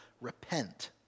repent